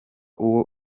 uwo